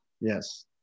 yes